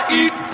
eat